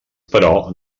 però